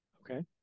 Okay